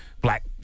black